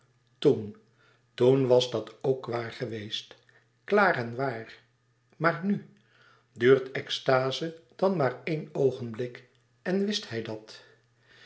toen toen was dat k waar geweest klaar en waar maar nu duurt extaze dan maar één oogenblik en wist hij dat